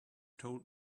told